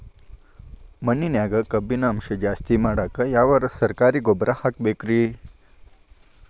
ಮಣ್ಣಿನ್ಯಾಗ ಕಬ್ಬಿಣಾಂಶ ಜಾಸ್ತಿ ಮಾಡಾಕ ಯಾವ ಸರಕಾರಿ ಗೊಬ್ಬರ ಹಾಕಬೇಕು ರಿ?